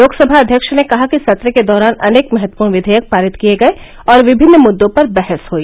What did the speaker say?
लोकसभा अध्यक्ष ने कहा कि सत्र के दौरान अनेक महत्वपूर्ण विधेयक पारित किए गए और विभिन्न मुद्दों पर बहस हुई